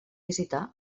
visitar